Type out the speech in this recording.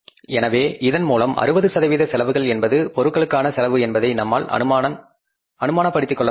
எனவே இதன் மூலம் 60 சதவீத செலவுகள் என்பது பொருட்களுக்கான செலவு என்பதை நம்மால் அனுமான படுத்திக்கொள்ள முடியும்